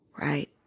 Right